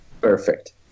perfect